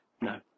No